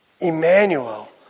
Emmanuel